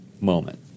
moment